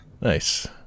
Nice